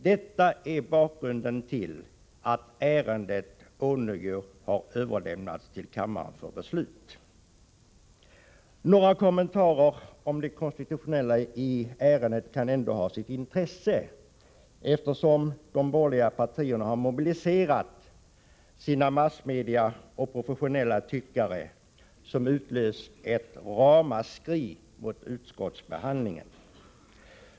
Detta är bakgrunden till att ärendet ånyo har överlämnats till kammaren för beslut. Några kommentarer om det konstitutionella när det gäller detta ärende kan ändå ha sitt intresse, eftersom de borgerliga partierna har mobiliserat sina professionella tyckare i massmedia, där man höjt ett ramaskri över utskottsbehandlingen.